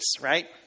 right